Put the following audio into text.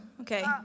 Okay